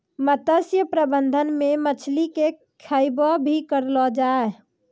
मत्स्य प्रबंधन मे मछली के खैबो भी करलो जाय